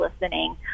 listening